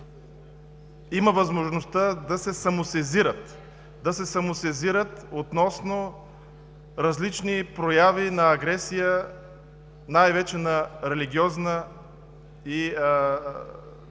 имат възможността да се самосезират относно различни прояви на агресия, най-вече на религиозна и расова